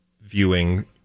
viewing